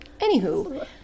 Anywho